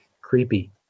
creepy